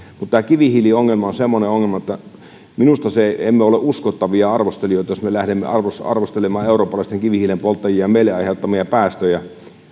mutta tämä kivihiiliongelma on semmoinen ongelma että minusta emme ole uskottavia arvostelijoita jos lähdemme arvostelemaan eurooppalaisten kivihiilenpolttajien meille aiheuttamia päästöjä